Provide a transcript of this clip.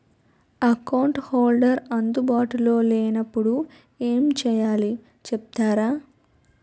Account holder అందు బాటులో లే నప్పుడు ఎం చేయాలి చెప్తారా?